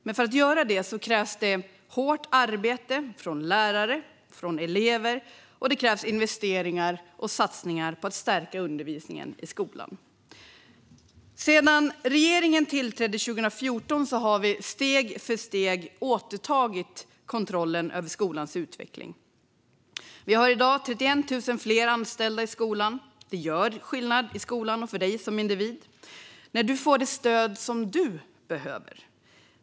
Men för att göra det krävs det hårt arbete från lärare och elever, och det krävs investeringar och satsningar på att stärka undervisningen i skolan. Sedan regeringen tillträdde 2014 har vi steg för steg återtagit kontrollen över skolans utveckling. Vi har i dag 31 000 fler anställda i skolan. Det gör skillnad i skolan och för dig som individ när du får det stöd som du behöver.